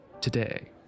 Today